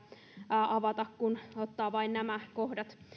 avata kun ottaa vain nämä kohdat